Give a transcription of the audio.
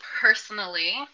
personally